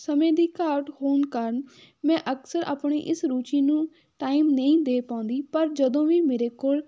ਸਮੇਂ ਦੀ ਘਾਟ ਹੋਣ ਕਾਰਨ ਮੈਂ ਅਕਸਰ ਆਪਣੀ ਇਸ ਰੁਚੀ ਨੂੰ ਟਾਈਮ ਨਹੀਂ ਦੇ ਪਾਉਂਦੀ ਪਰ ਜਦੋਂ ਵੀ ਮੇਰੇ ਕੋਲ